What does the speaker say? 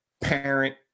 parent